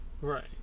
Right